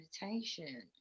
meditation